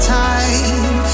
time